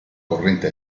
corrente